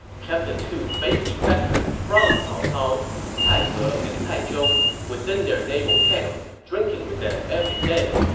kept the two fake defectors from cao cao cai he and cai zhong within their naval camp, drinking with them every day.